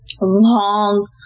long